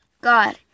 God